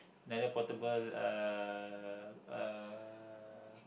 another portable uh uh